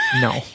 no